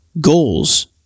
goals